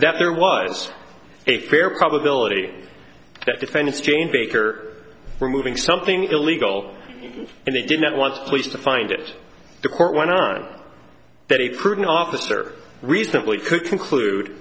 that there was a fair probability that defendants james baker were moving something illegal and they didn't want police to find it the court went on that a prudent officer reasonably could conclude